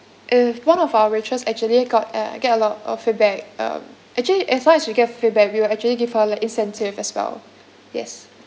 if one of our waitress actually got uh get a lot of feedback um actually as long as we get feedback we will actually give her like incentive as well yes